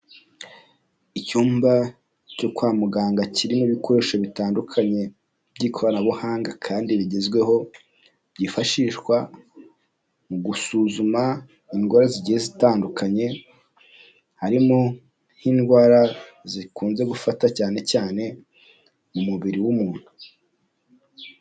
Icyumba cyo kwa muganga kirimo ibikoresho bitandukanye by'ikoranabuhanga kandi bigezweho, byifashishwa mu gusuzuma indwara zigiye zitandukanye, harimo nk'indwara zikunze gufata cyane cyane umubiri w'umuntu.